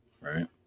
Right